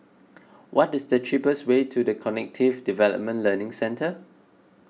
what is the cheapest way to the Cognitive Development Learning Centre